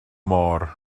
môr